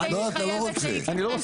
לא, לא, לא.